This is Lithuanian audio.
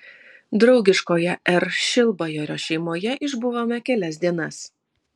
draugiškoje r šilbajorio šeimoje išbuvome kelias dienas